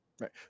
Right